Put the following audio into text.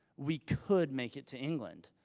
we could make it to england.